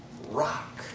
Rock